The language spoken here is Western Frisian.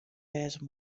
wêze